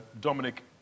Dominic